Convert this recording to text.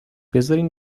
بذارین